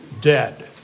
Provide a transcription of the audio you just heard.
Dead